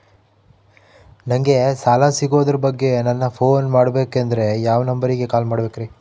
ನಂಗೆ ಸಾಲ ಸಿಗೋದರ ಬಗ್ಗೆ ನನ್ನ ಪೋನ್ ಮಾಡಬೇಕಂದರೆ ಯಾವ ನಂಬರಿಗೆ ಕಾಲ್ ಮಾಡಬೇಕ್ರಿ?